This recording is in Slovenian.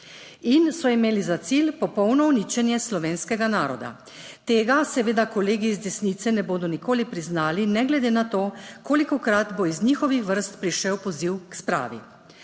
in so imeli za cilj popolno uničenje slovenskega naroda. Tega seveda kolegi iz desnice ne bodo nikoli priznali ne glede na to, kolikokrat bo iz njihovih vrst prišel poziv k spravi.